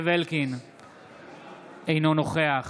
אינו נוכח